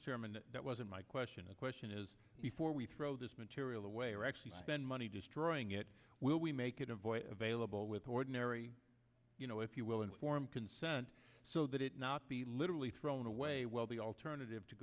chairman that wasn't my question a question is before we throw this material away or actually spend money destroying it will we make it a voice available with ordinary you know if you will informed consent so that it not be literally thrown away well the alternative to